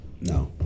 No